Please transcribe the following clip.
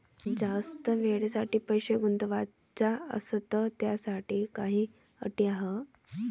जास्त वेळेसाठी पैसा गुंतवाचा असनं त त्याच्यासाठी काही अटी हाय?